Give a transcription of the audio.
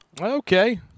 Okay